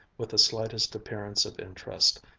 with the slightest appearance of interest,